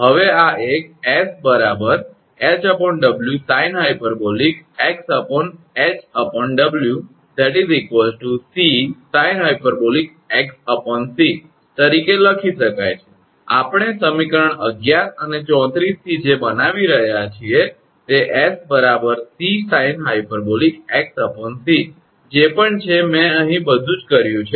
હવે આ એક 𝑠 𝐻𝑊sinh𝑥𝐻𝑊 𝑐sinh𝑥𝑐 તરીકે લખી શકાય છે આપણે સમીકરણ 11 અને 34 થી જે બનાવી રહ્યા છીએ તે 𝑠 𝑐sinh𝑥𝑐 જે પણ છે મેં અહીં બધુ જ કર્યું છે